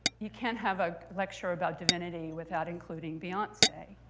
you can't have a lecture about divinity without including beyonce.